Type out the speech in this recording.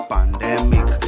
Pandemic